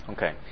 Okay